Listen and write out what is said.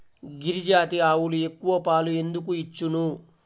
గిరిజాతి ఆవులు ఎక్కువ పాలు ఎందుకు ఇచ్చును?